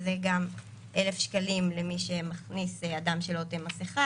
שזה גם 1,000 שקלים למי שמכניס אדם שלא עוטה מסכה,